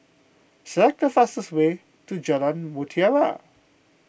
select the fastest way to Jalan Mutiara